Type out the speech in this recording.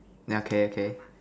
yeah okay okay